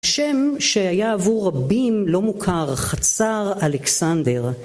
שם שהיה עבור רבים לא מוכר, חצר אלכסנדר